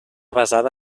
basada